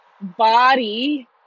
body